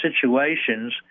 situations